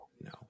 No